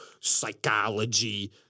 psychology